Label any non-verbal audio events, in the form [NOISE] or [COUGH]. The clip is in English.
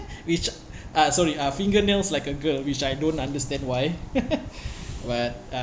which uh sorry uh fingernails like a girl which I don't understand why [LAUGHS] but uh